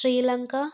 Sri Lanka